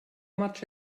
much